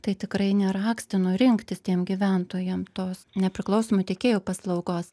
tai tikrai nėra akstino rinktis tiem gyventojam tos nepriklausomų tiekėjų paslaugos